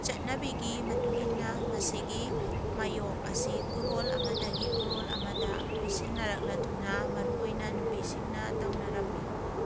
ꯆꯠꯅꯕꯤꯒꯤ ꯃꯇꯨꯡꯏꯟꯅ ꯃꯁꯤꯒꯤ ꯃꯥꯌꯣꯛ ꯑꯁꯤ ꯄꯨꯔꯣꯜ ꯑꯃꯗꯒꯤ ꯄꯨꯔꯣꯜ ꯑꯃꯗ ꯈꯨꯠꯁꯤꯟꯅꯔꯛꯂꯗꯨꯅ ꯃꯔꯨꯑꯣꯏꯅ ꯅꯨꯄꯤꯁꯤꯡꯅ ꯇꯧꯅꯔꯝꯏ